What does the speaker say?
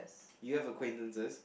you have acquaintances